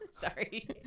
Sorry